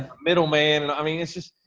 ah middleman i mean, it's just,